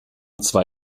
zwar